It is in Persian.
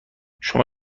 شما